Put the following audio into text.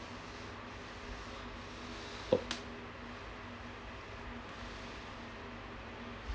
oh